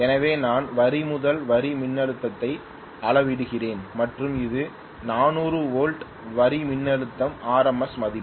எனவே நான் வரி முதல் வரி மின்னழுத்தத்தை அளவிடுகிறேன் மற்றும் இது 400 வோல்ட் வரி மின்னழுத்த ஆர்எம்எஸ் மதிப்பு